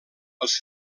els